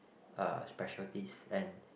uh specialties and